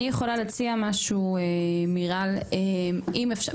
אני יכולה להציע משהו, מיראל, אם אפשר.